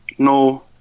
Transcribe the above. No